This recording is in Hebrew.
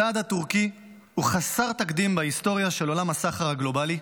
הצעד הטורקי הוא חסר תקדים בהיסטוריה של עולם הסחר הגלובלי,